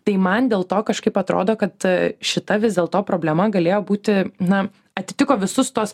tai man dėl to kažkaip atrodo kad šita vis dėl to problema galėjo būti na atitiko visus tuos